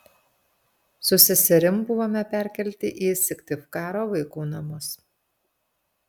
su seserim buvome perkelti į syktyvkaro vaikų namus